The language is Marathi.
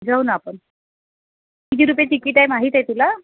जाऊ ना आपण किती रुपये तिकीट आहे माहीत आहे तुला